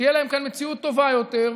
שתהיה להם כאן מציאות טובה יותר,